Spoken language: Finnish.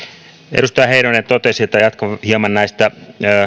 edustaja heinonen totesi että jatkan hieman näistä